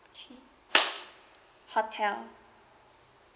hotel